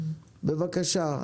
בבקשה.